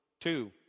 Two